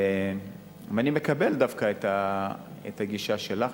אני מקבל דווקא את הגישה שלך,